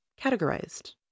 categorized